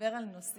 לדבר על נושאים,